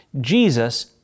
Jesus